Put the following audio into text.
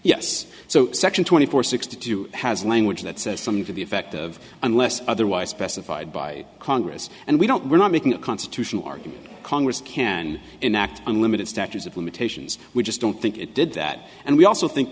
yes so section twenty four sixty two has language that says something to the effect of unless otherwise specified by congress and we don't we're not making a constitutional argument congress can enact unlimited statutes of limitations we just don't think it did that and we also think